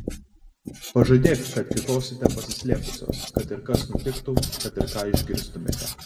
pažadėk kad kiūtosite pasislėpusios kad ir kas nutiktų kad ir ką išgirstumėte